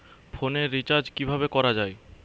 ফোনের রিচার্জ কিভাবে করা যায়?